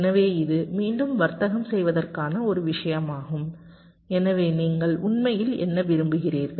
எனவே இது மீண்டும் வர்த்தகம் செய்வதற்கான ஒரு விஷயமாகும் எனவே நீங்கள் உண்மையில் என்ன விரும்புகிறீர்கள்